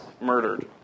murdered